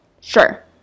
Sure